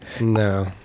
No